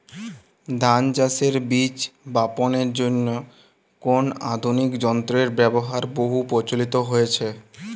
ধান চাষের বীজ বাপনের জন্য কোন আধুনিক যন্ত্রের ব্যাবহার বহু প্রচলিত হয়েছে?